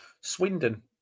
Swindon